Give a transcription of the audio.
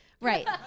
right